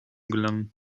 gelangen